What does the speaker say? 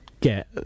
get